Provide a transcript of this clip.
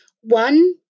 One